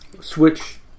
Switch